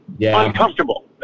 uncomfortable